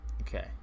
Okay